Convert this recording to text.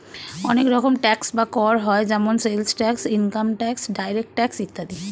অনেক রকম ট্যাক্স বা কর হয় যেমন sales tax, income tax, direct tax ইত্যাদি